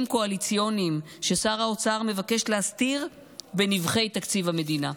קואליציוניים ששר האוצר מבקש להסתיר בנבכי תקציב המדינה.